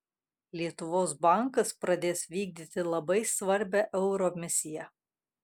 lietuvos bankas pradės vykdyti labai svarbią euro misiją